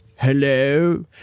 Hello